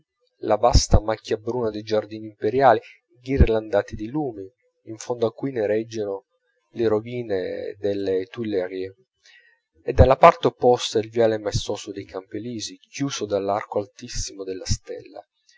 la vasta macchia bruna dei giardini imperiali inghirlandati di lumi in fondo a cui nereggiano le rovine delle tuilerie e dalla parte opposta il viale maestoso dei campi elisi chiuso dall'arco altissimo della stella